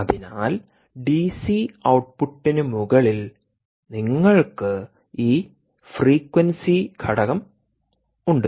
അതിനാൽ ഡിസി ഔട്ട്പുട്ടിന് മുകളിൽ നിങ്ങൾക്ക് ഈ ഫ്രീക്വൻസിഘടകമുണ്ട്